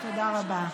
תודה רבה.